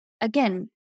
Again